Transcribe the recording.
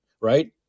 right